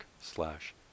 slash